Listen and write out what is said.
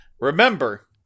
remember